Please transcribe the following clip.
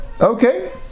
okay